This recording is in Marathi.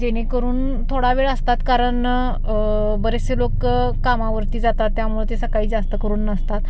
जेणेकरून थोडा वेळ असतात कारण बरेचसे लोकं कामावरती जातात त्यामुळे ते सकाळी जास्त करून नसतात